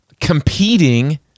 competing